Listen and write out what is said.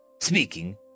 speaking